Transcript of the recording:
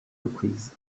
reprises